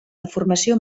deformació